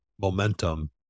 momentum